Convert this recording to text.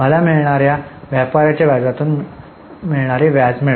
मला मिळणार्या व्यापाराच्या व्याजातून व्याज मिळवा